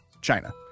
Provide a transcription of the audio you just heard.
China